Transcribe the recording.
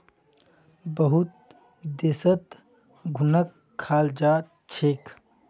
बहुत देशत घुनक खाल जा छेक